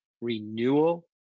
renewal